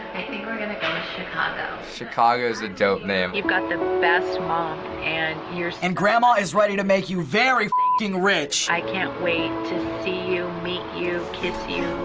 think we're gonna go with chicago. chicago's a dope name. you've got the best mom. and and grandma is ready to make you very rich. i can't wait to see you, meet you, kiss you.